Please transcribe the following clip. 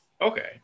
Okay